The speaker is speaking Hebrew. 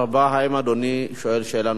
האם אדוני שואל שאלה נוספת